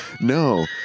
No